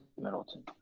Middleton